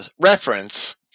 reference